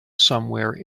somewhere